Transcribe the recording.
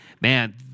Man